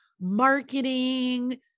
marketing